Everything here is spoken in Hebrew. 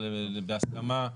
אבל בהסכמה,